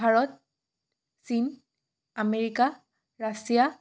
ভাৰত চীন America Russia